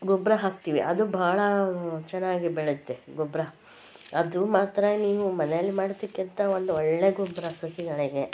ಗೊಬ್ಬರ ಹಾಕ್ತೀವಿ ಅದು ಭಾಳ ಚೆನ್ನಾಗಿ ಬೆಳೆಯುತ್ತೆ ಗೊಬ್ಬರ ಅದು ಮಾತ್ರ ನೀವು ಮನೆಯಲ್ಲಿ ಮಾಡಿದ್ದಕ್ಕಿಂತ ಒಂದೊಳ್ಳೆ ಗೊಬ್ಬರ ಸಸಿಗಳಿಗೆ